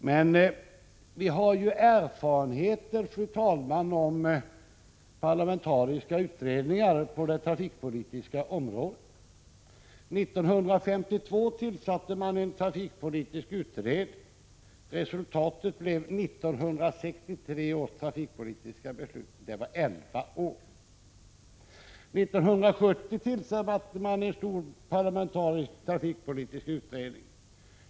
Men vi har ju erfarenheter, fru talman, av parlamentariska utredningar på trafikpolitikens område. 1952 tillsattes en trafikpolitisk utredning. Resultatet blev 1963 års trafikpolitiska beslut. Det hela tog elva år. 1970 tillsattes en stor parlamentarisk trafikpolitisk utredning.